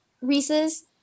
Reese's